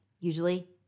usually